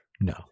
no